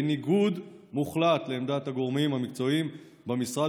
בניגוד מוחלט לעמדת הגורמים המקצועיים במשרד